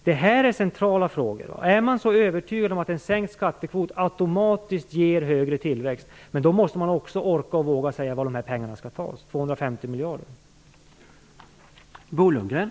Detta är centrala frågor. Om man är så övertygad om att en sänkt skattekvot automatiskt ger högre tillväxt, måste man också orka och våga säga varifrån de 250 miljarderna skall tas.